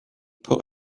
put